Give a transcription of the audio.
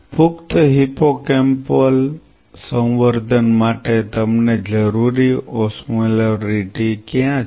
પુખ્ત હિપ્પોકેમ્પલ સંવર્ધન માટે તમને જરૂરી ઓસ્મોલેરિટી ક્યાં છે